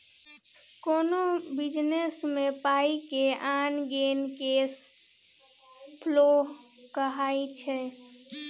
कोनो बिजनेस मे पाइ के आन गेन केस फ्लो कहाइ छै